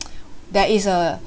that is a